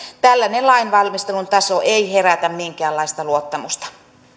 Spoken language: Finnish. tällainen lainvalmistelun taso ei herätä minkäänlaista luottamusta